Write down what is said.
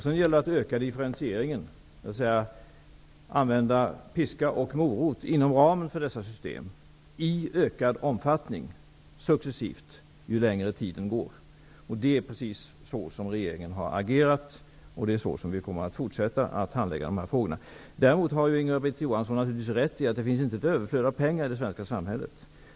Sedan gäller det att öka differentieringen, dvs. att använda piska och morot inom ramen för dessa system i ökad omfattning successivt ju längre tiden går. Precis så har regeringen agerat, och så kommer vi att fortsätta att handlägga dessa frågor. Däremot har Inga-Britt Johansson naturligtvis rätt i att det inte finns något överflöd av pengar i det svenska samhället.